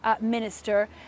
minister